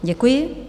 Děkuji.